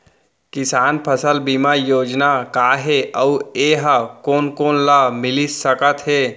किसान फसल बीमा योजना का हे अऊ ए हा कोन कोन ला मिलिस सकत हे?